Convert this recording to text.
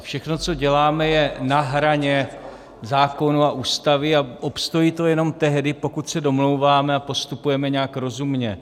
Všechno, co děláme, je na hraně zákonů a Ústavy a obstojí to jenom tehdy, pokud se domlouváme a postupujeme nějak rozumně.